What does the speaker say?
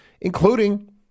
including